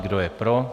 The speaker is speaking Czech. Kdo je pro.